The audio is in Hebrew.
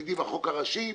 מצדי בחוק הראשי,